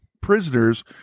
prisoners